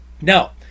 Now